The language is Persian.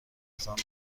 آزار